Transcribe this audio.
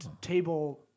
table